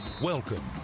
Welcome